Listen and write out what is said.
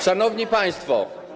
Szanowni Państwo!